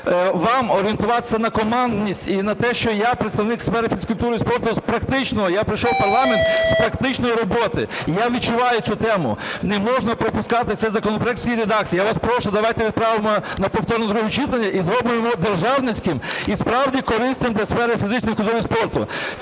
вас орієнтуватися на командність і на те, що я представник сфери фізкультури і спорту, практично я прийшов в парламент з практичної роботи і я відчуваю цю тему. Не можна пропускати цей законопроект в цій редакції. Я вас прошу, давайте відправимо на повторне друге читання і зробимо його державницьким і справді корисним для сфери фізичної культури і спорту.